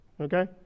Okay